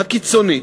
הקיצוני,